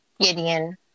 Gideon